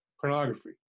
pornography